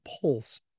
pulse